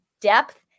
depth